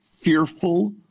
fearful